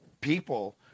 people